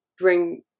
bring